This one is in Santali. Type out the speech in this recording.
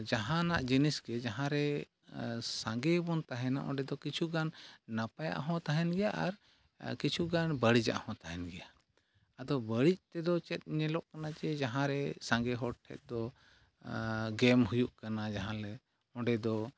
ᱡᱟᱦᱟᱱᱟᱜ ᱡᱤᱱᱤᱥᱜᱮ ᱡᱟᱦᱟᱸᱨᱮ ᱥᱟᱸᱜᱮᱵᱚᱱ ᱛᱟᱦᱮᱱᱟ ᱚᱸᱰᱮ ᱫᱚ ᱠᱤᱪᱷᱩᱜᱟᱱ ᱱᱟᱯᱟᱭᱟᱜ ᱦᱚᱸ ᱛᱟᱦᱮᱱ ᱜᱮᱭᱟ ᱟᱨ ᱠᱤᱪᱷᱩᱜᱟᱱ ᱵᱟᱹᱲᱤᱡᱟᱜ ᱦᱚᱸ ᱛᱟᱦᱮᱱ ᱜᱮᱭᱟ ᱟᱫᱚ ᱵᱟᱹᱲᱤᱡ ᱛᱮᱫᱚ ᱪᱮᱫ ᱧᱮᱞᱚᱜ ᱠᱟᱱᱟ ᱡᱮ ᱡᱟᱦᱟᱸᱨᱮ ᱥᱟᱸᱜᱮ ᱦᱚᱲ ᱴᱷᱮᱱ ᱫᱚ ᱜᱮᱢ ᱦᱩᱭᱩᱜ ᱠᱟᱱᱟ ᱡᱟᱦᱟᱸᱨᱮ ᱚᱸᱰᱮ ᱫᱚ